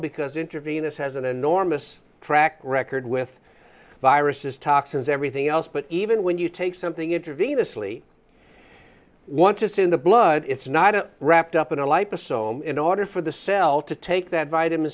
because intravenous has an enormous track record with viruses toxins everything else but even when you take something intravenously once it's in the blood it's not a wrapped up in a lifeless ome in order for the cell to take that vitamin